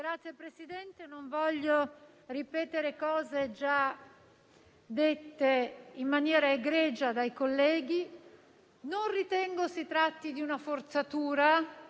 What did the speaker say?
Signor Presidente, non voglio ripetere cose già dette in maniera egregia dai colleghi, ma non ritengo si tratti di una forzatura,